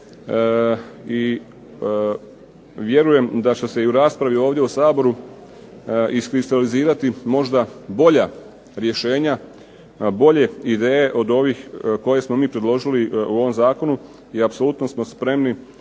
i vjerujem da će se i u raspravi ovdje u Saboru iskristalizirati možda bolja rješenja, bolje ideje od ovih koje smo predložili u ovom zakonu i apsolutno smo spremni